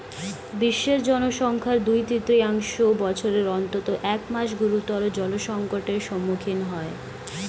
বিশ্বের জনসংখ্যার দুই তৃতীয়াংশ বছরের অন্তত এক মাস গুরুতর জলসংকটের সম্মুখীন হয়